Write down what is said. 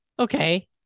Okay